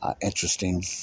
interesting